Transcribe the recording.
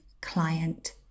client